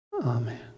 Amen